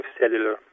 cellular